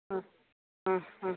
ആ ആ ആ